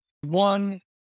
one